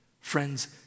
Friends